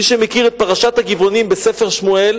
מי שמכיר את פרשת הגבעונים בספר שמואל